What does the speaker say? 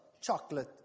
chocolate